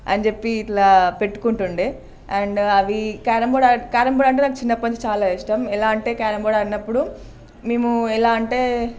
అని చెప్పి ఇట్లా పెట్టుకుంటు ఉండే అండ్ అవి క్యారమ్ బోర్డు అం క్యారమ్ బోర్డు అంటే నాకు చిన్నప్పటి నుంచి చాలా ఇష్టం ఎలా అంటే క్యారమ్ బోర్డు ఆడినప్పుడు మేము ఎలా అంటే